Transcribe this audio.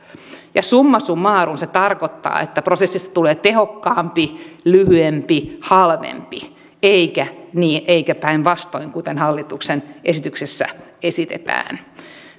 ja summa summarum se tarkoittaa että prosessista tulee tehokkaampi lyhyempi halvempi eikä päinvastoin kuten hallituksen esityksessä esitetään